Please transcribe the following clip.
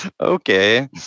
okay